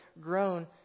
grown